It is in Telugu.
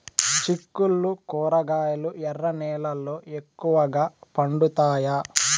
చిక్కుళ్లు కూరగాయలు ఎర్ర నేలల్లో ఎక్కువగా పండుతాయా